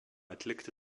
atlikti